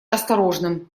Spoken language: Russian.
осторожным